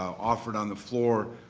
offered on the floor.